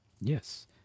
Yes